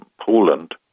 Poland